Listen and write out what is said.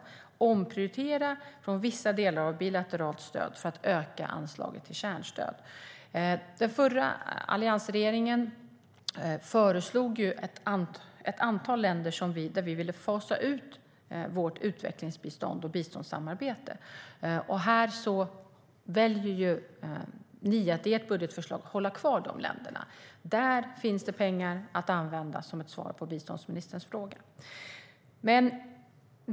Man skulle kunna omprioritera från vissa delar av det bilaterala stödet för att öka anslaget till kärnstöd. Alliansregeringen föreslog ett antal länder där vi ville fasa ut vårt utvecklingsbistånd och vårt biståndssamarbete. Ni väljer dock i ert budgetförslag att hålla kvar de länderna. Där finns det pengar att använda. Det är ett svar på biståndsministerns fråga.